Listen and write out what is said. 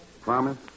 Promise